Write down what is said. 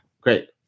Great